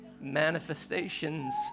Manifestations